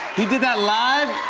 he did that live?